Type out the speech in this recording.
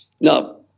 Now